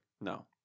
no